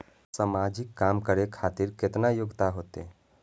समाजिक काम करें खातिर केतना योग्यता होते?